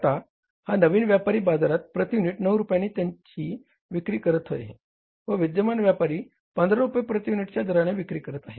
आता हा नवीन व्यापारी बाजारात प्रती युनिट 9 रुपयांनी विक्री करत आहे व विद्यमान व्यापारी 15 रुपये प्रती युनिटच्या दराने विक्री करत आहे